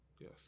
Yes